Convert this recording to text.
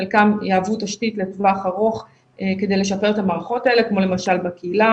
חלקם יעברו תשתית לטווח ארוך כדי לשפר את המערכות האלה כמו למשל בקהילה,